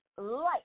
light